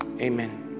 amen